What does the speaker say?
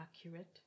accurate